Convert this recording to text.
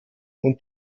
und